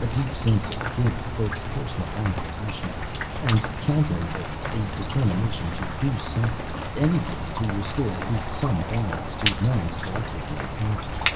a deep sense of guilt, both personal and professional and, countering this, a determination to do something, anything, to restore at least some balance to man's collective mentality.